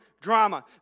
drama